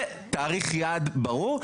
ותאריך יעד ברור,